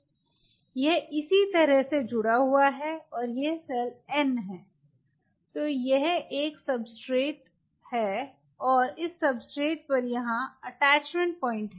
यह इसी तरह से जुड़ा हुआ है और यह सेल n है तो यह एक सब्सट्रेट और इस सब्सट्रेट पर यहां अटैचमेंट पॉइंट है